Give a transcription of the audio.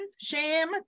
shame